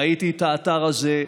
ראיתי את האתר הזה,